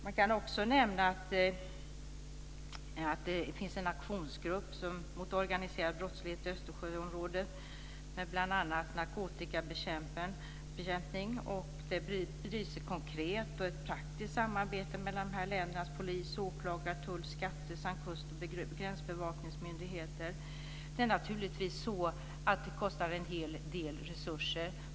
Jag kan också nämna att det finns en aktionsgrupp mot organiserad brottslighet i Östersjöområdet med bl.a. narkotikabekämpning. Det bedrivs ett konkret och praktiskt samarbete mellan dessa länders polis, åklagare, tull, skattemyndigheter samt kust och gränsbevakningsmyndigheter. Det är naturligtvis så att det kostar en hel del resurser.